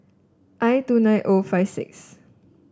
I two nine O five six